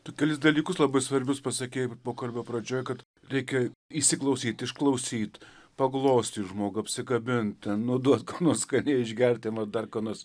tu kelis dalykus labai svarbius pasakei pokalbio pradžioj kad reikia įsiklausyt išklausyt paglostyt žmogų apsikabint nu duot ką nors skaniai išgert nu dar ko nors